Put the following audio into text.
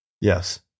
Yes